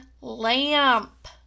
lamp